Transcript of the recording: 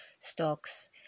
stocks